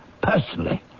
personally